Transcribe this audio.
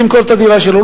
ירצה למכור את הדירה שלו,